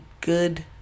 good